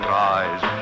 rise